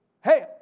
Hey